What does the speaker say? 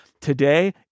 today